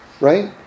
right